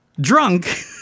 drunk